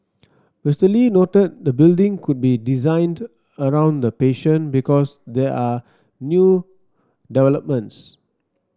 Mister Lee noted the building could be designed around the patient because there are new developments